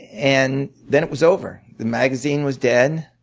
and then it was over. the magazine was dead.